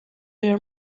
your